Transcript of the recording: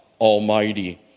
Almighty